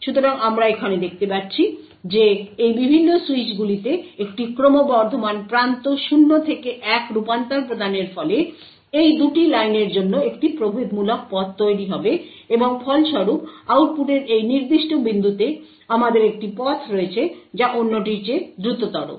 সুতরাং আমরা এখানে দেখতে পাচ্ছি যে এই বিভিন্ন সুইচগুলিতে একটি ক্রমবর্ধমান প্রান্ত 0 থেকে 1 রূপান্তর প্রদানের ফলে এই 2 টি লাইনের জন্য একটি প্রভেদমূলক পথ তৈরি হবে এবং ফলস্বরূপ আউটপুটের এই নির্দিষ্ট বিন্দুতে আমাদের একটি পথ রয়েছে যা অন্যটির চেয়ে দ্রুততর